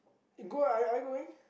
go uh are are you going